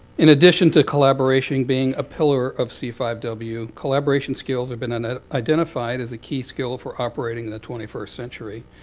in addition to collaboration being a pillar of c five w collaboration skills have been ah identified as a key skill for operating in the twenty first century,